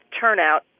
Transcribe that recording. turnout